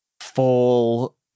full